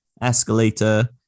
escalator